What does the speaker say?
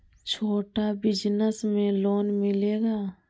छोटा बिजनस में लोन मिलेगा?